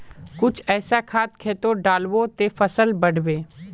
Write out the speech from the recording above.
कुन ऐसा खाद खेतोत डालबो ते फसल बढ़बे?